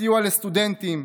בסיוע לסטודנטים,